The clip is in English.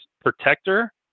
protector